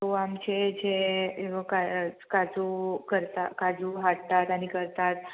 so आमचे you know जे काजू करता काजू हाडटात आनी करतात